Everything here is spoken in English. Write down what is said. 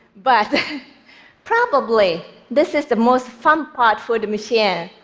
but probably this is the most fun part for the machine.